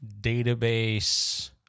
database